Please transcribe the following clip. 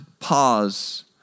Pause